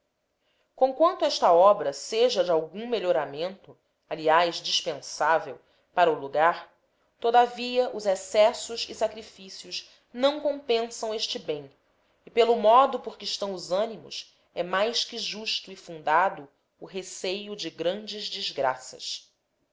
povo conquanto esta obra seja de algum melhoramento aliás dispensável para o lugar todavia os excessos e sacrifícios não compensam este bem e pelo modo por que estão os ânimos é mais que justo e fundado o receio de grandes desgraças